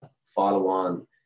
follow-on